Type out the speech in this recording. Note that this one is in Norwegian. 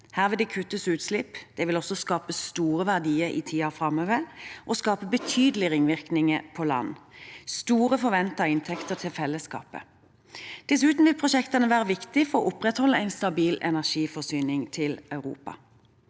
Her vil det kuttes utslipp. Det vil også skape store verdier i tiden framover og skape betydelige ringvirkninger på land – store forventede inntekter til fellesskapet. Dessuten vil prosjektene være viktige for å opprettholde en stabil energiforsyning til Europa.